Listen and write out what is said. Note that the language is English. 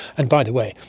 and by the way,